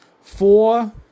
Four